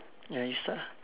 ya you start lah